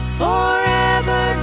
forever